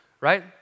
right